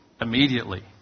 immediately